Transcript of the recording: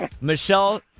Michelle